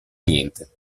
niente